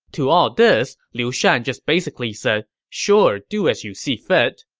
to all this, liu shan just basically said sure, do as you see fit.